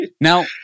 Now